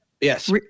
yes